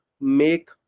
make